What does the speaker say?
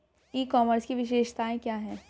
ई commerce की विशेषताएं क्या हैं?